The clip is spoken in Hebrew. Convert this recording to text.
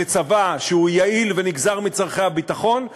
יעיל ונגזר מצורכי הביטחון,